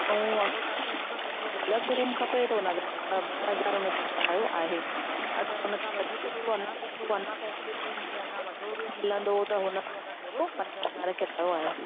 ऐं अगरि तव्हांखे हुनखां सुठो डिलक्स रूम त हुनजा ॿ ॿ हज़ार हुनजो किरायो आहे अगरि हुनखां वधीक थोरो अञा सुठो अञा फैसिलिटी हूंदी आहे अञा वॾो बि मिलंदो त हुनजो अञा थोरो पंज हज़ार किरायो आहे